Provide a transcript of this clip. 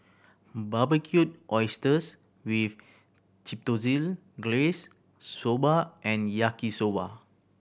Barbecued Oysters with Glaze Soba and Yaki Soba